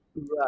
Right